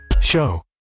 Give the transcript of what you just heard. Show